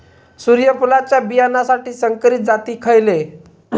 सूर्यफुलाच्या बियानासाठी संकरित जाती खयले?